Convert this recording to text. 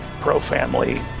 pro-family